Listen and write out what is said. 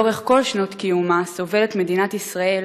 לאורך כל שנות קיומה סובלת מדינת ישראל